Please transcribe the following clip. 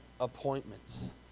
appointments